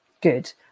good